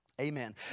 Amen